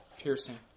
piercing